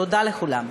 תודה לכולם.